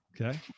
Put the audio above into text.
okay